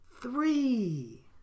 three